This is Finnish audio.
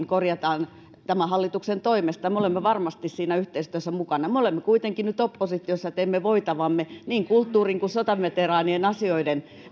korjataan tämän hallituksen toimesta me olemme varmasti siinä yhteistyössä mukana me olemme kuitenkin nyt oppositiossa ja teemme voitavamme niin kulttuurin kuin sotaveteraanien asioiden